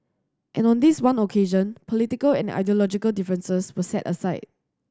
and on this one occasion political and ideological differences were set aside